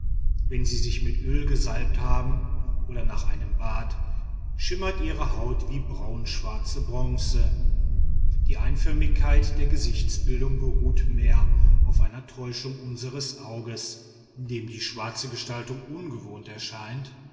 wenn sie sich mit öl gesalbt haben oder nach einem bad schimmert ihre haut wie braunschwarze bronze die einförmigkeit der gesichtsbildung beruht mehr auf einer täuschung unseres auges dem die schwarze gestaltung ungewohnt erscheint